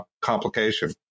complication